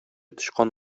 тычкан